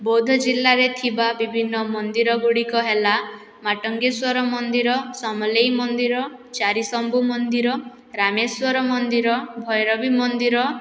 ବୌଦ୍ଧ ଜିଲ୍ଲାରେ ଥିବା ବିଭିନ୍ନ ମନ୍ଦିର ଗୁଡ଼ିକ ହେଲା ମାଟଙ୍ଗିଶ୍ଵର ମନ୍ଦିର ସମଲେଇ ମନ୍ଦିର ଚାରିଶମ୍ଭୁ ମନ୍ଦିର ରାମେଶ୍ୱର ମନ୍ଦିର ଭୈରବି ମନ୍ଦିର